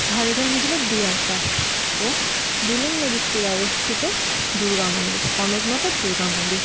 ঝাড়গ্রাম জেলার deer park ও ডুলুং নদীর তীরে অবস্থিত দুর্গা মন্দির কনক মাতার দুর্গা মন্দির